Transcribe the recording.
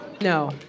No